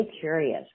curious